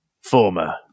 former